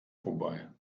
vorbei